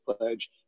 Pledge